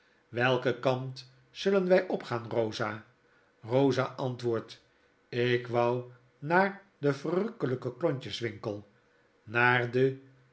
welken kant zullen wy opgaan rosa rosa antwoordt ik wou naar den verrukkelijke klontjes winkel naar de